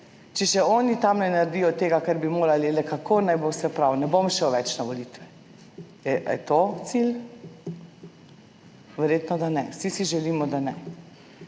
če še oni tam ne naredijo tega, kar bi morali, le kako naj bo vse prav, ne bom šel več na volitve. Ali je to cilj? Verjetno, da ne. Vsi si želimo, da ne.